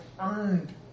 earned